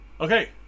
Okay